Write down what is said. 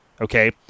okay